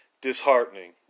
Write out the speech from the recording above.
Disheartening